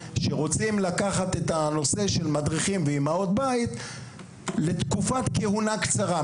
שרוצים לקחת את הנושא של מדריכים ואמהות בית לתקופת כהונה קצרה.